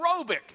aerobic